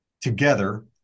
together